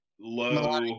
low